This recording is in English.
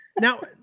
Now